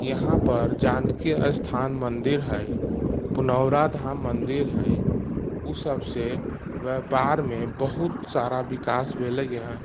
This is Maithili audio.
यहाँपर जानकी स्थान मन्दिर हइ पुनौरा धाम मन्दिर हइ ओ सभसँ व्यापारमे बहुत सारा विकास भेलैए